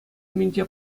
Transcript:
умӗнче